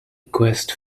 quest